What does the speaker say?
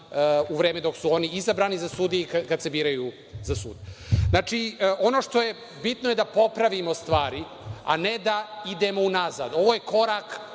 u vreme kada su oni izabrani za sudije i kada se biraju za sudije. Ono što je bitno je da popravimo stvari, a ne da idemo unazad. Ovo je korak